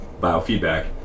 biofeedback